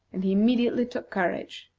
and he immediately took courage.